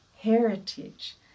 heritage